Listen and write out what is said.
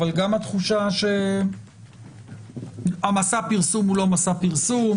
אבל גם התחושה שמסע הפרסום הוא לא מסע פרסום.